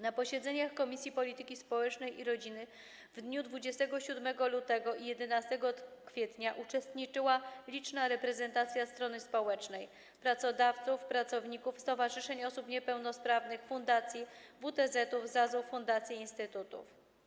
Na posiedzeniach Komisji Polityki Społecznej i Rodziny w dniach 27 lutego i 11 kwietnia uczestniczyła liczna reprezentacja strony społecznej: pracodawców, pracowników, stowarzyszeń osób niepełnosprawnych, fundacji, WTZ-ów, ZAZ-ów, fundacji i instytutów.